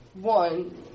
One